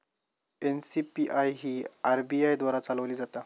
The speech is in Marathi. एन.सी.पी.आय ही आर.बी.आय द्वारा चालवली जाता